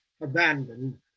abandoned